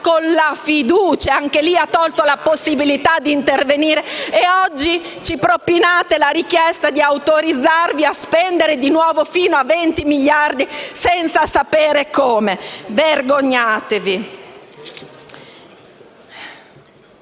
con la fiducia e, anche lì, ha tolto la possibilità di intervenire. E oggi ci propinate la richiesta di autorizzarvi a spendere di nuovo fino a 20 miliardi senza sapere come. Vergognatevi!